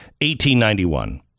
1891